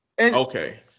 Okay